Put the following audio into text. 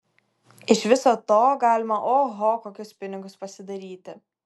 iš viso to galima oho kokius pinigus pasidaryti